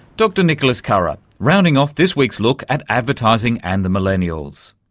dr nicholas carah, rounding off this week's look at advertising and the millennials.